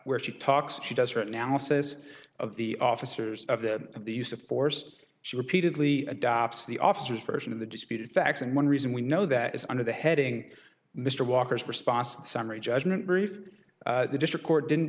where she talks she does her analysis of the officers of the of the use of force she repeatedly adopts the officers version of the disputed facts and one reason we know that is under the heading mr walker's response and summary judgment brief the district court didn't